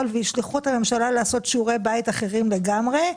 וישלחו את הממשלה לעשות שיעורי בית אחרים לגמרי.